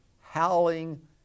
howling